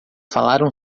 falaram